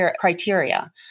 criteria